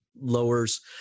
lowers